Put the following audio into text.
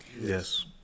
Yes